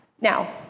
Now